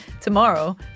Tomorrow